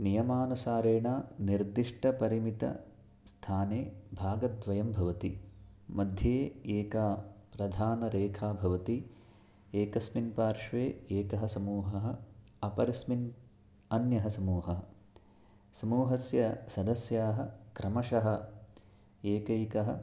नियमानुसारेण निर्दिष्टपरिमितस्थाने भागद्वयं भवति मध्ये एका प्रधानरेखा भवति एकस्मिन् पार्श्वे एकः समूहः अपरस्मिन् अन्यः समूहः समूहस्य सदस्याः क्रमशः एकैकः